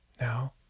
Now